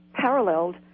paralleled